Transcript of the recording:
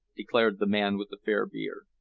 declared the man with the fair beard.